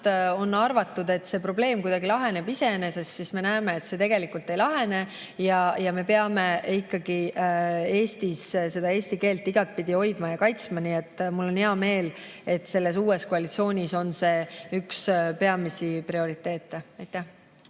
on arvatud, et see probleem laheneb iseenesest, aga me näeme, et see tegelikult ei lahene. Me peame Eestis eesti keelt ikkagi igatpidi hoidma ja kaitsma, nii et mul on hea meel, et uues koalitsioonis on see üks peamisi prioriteete. Aitäh!